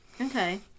okay